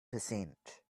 percent